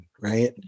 right